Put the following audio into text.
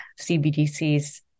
CBDCs